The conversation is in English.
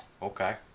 Okay